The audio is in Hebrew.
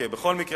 בכל מקרה,